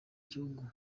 gihugu